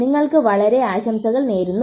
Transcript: നിങ്ങൾക്ക് വളരെ ആശംസകൾ നേരുന്നു